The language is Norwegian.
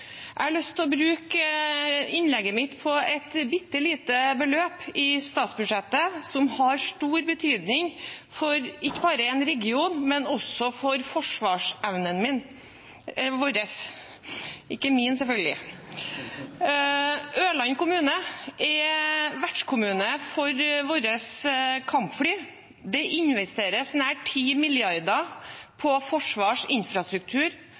Jeg har lyst å bruke innlegget mitt på et bittelite beløp i statsbudsjettet som har stor betydning for ikke bare en region, men også for forsvarsevnen vår. Ørland kommune er vertskommune for våre kampfly. Det investeres nesten 10 mrd. kr i forsvarsinfrastruktur, og det kjøpes inn nye kampfly for flere titalls milliarder.